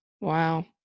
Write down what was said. wow